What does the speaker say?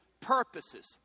purposes